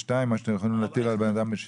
מה שאתם יכולים להטיל על בן אדם בן 60?